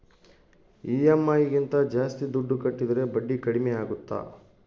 EMI ಗಿಂತ ಜಾಸ್ತಿ ದುಡ್ಡು ಕಟ್ಟಿದರೆ ಬಡ್ಡಿ ಕಡಿಮೆ ಆಗುತ್ತಾ?